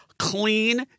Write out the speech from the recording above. Clean